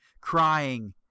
crying